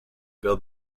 build